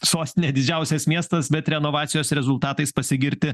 sostinė didžiausias miestas bet renovacijos rezultatais pasigirti